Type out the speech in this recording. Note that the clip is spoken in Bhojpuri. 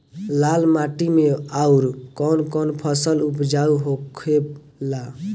लाल माटी मे आउर कौन कौन फसल उपजाऊ होखे ला?